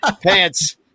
pants